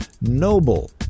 noble